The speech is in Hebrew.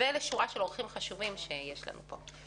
ולשורה של אורחים חשובים שיש לנו פה.